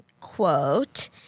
quote